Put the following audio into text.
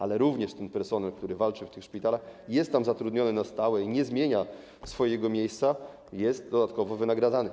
Ale również ten personel, który walczy w tych szpitalach i jest tam zatrudniony na stałe, nie zmienia swojego miejsca, jest dodatkowo wynagradzany.